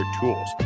tools